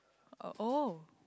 uh oh